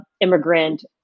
immigrant